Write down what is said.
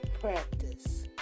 practice